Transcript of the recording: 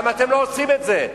למה אתם לא עושים את זה?